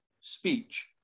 speech